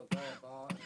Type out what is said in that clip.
תודה רבה.